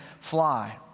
fly